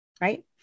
right